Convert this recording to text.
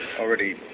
already